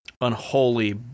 unholy